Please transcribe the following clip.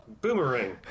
Boomerang